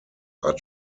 are